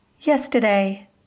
yesterday